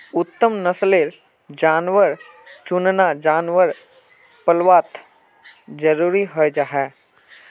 उत्तम नस्लेर जानवर चुनना जानवर पल्वात ज़रूरी हं जाहा